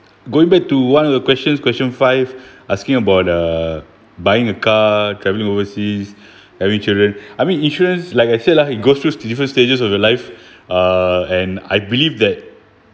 going back to one of the questions question five asking about uh buying a car travelling overseas having children I mean insurance like I said lah it goes through different stages of your life uh and I believe that